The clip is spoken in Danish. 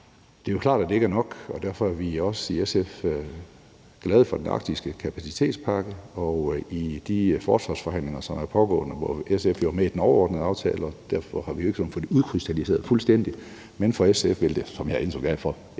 Det er jo klart, at det ikke er nok, og derfor er vi i SF også glade for den arktiske kapacitetspakke. I forbindelse med de forsvarsforhandlinger, som er pågående, hvor SF jo er med i den overordnede aftale, og derfor har vi ikke sådan fået det udkrystalliseret fuldstændig, har det i hvert fald også for